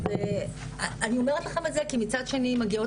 אז אני אומרת לכם את זה כי מצד שני מגיעות